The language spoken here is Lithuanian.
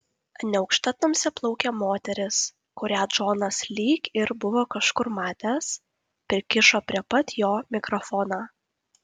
neaukšta tamsiaplaukė moteris kurią džonas lyg ir buvo kažkur matęs prikišo prie pat jo mikrofoną